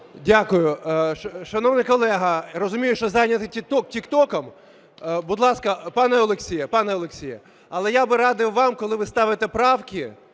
Дякую. Шановний колега, розумію, що зайняті тік током. Будь ласка, пане Олексію, але я би радив вам, коли ви ставите правки,